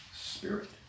spirit